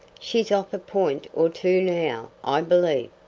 she's off a point or two now, i believe,